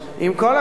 עם כל הכבוד,